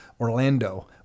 Orlando